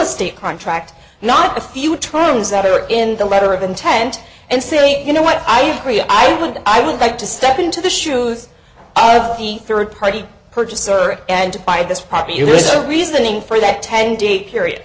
estate contract not a few terms that are in the letter of intent and saying you know what i agree i would i would like to step into the shoes of the third party purchaser and buy this popular reasoning for that ten day period